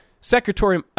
Secretary